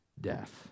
death